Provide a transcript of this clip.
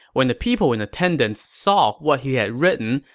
when the people in attendance saw what he had written,